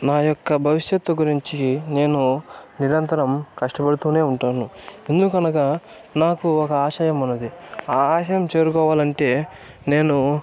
నా యొక్క భవిష్యత్తు గురించి నేను నిరంతరం కష్టపడుతూనే ఉంటాను ఎందుకనగా నాకు ఒక ఆశయం ఉంది ఆ ఆశయం చేరుకోవాలంటే నేను